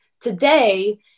today